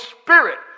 Spirit